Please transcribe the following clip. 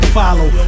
follow